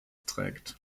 trägt